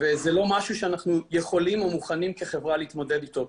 וזה לא משהו שאנחנו יכולים או מוכנים כחברה להתמודד איתו.